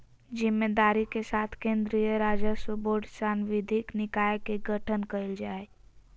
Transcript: जिम्मेदारी के साथ केन्द्रीय राजस्व बोर्ड सांविधिक निकाय के गठन कइल कय